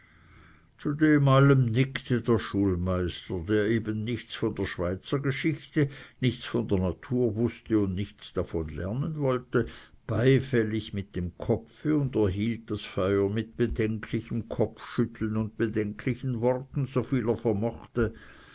zu dem allem nickte der schulmeister der eben nichts von der schweizergeschichte nichts von der natur wußte und nichts davon lernen wollte beifällig mit dem kopfe und unterhielt das feuer mit bedenklichem kopfschütteln und bedenklichen worten so viel er vermochte